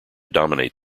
dominate